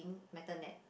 metal net